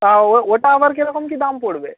তা ও ওটা আবার কী রকম কী দাম পড়বে